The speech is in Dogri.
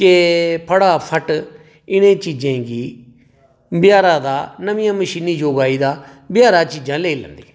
कि फटाफट इ'नें चीजें गी बजारै दा नमां मशीनी युग आई गेदा बजारै दा लेई लैंदे